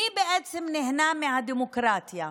מי בעצם נהנה מהדמוקרטיה?